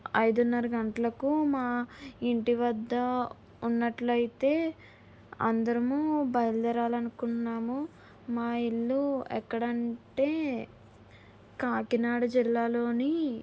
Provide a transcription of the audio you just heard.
ఐదున్నర గంటలకు మా ఇంటి వద్ద ఉన్నట్లయితే అందరము బయలుదేరాలి అనుకున్నాము మా ఇల్లు ఎక్కడంటే కాకినాడ జిల్లాలోని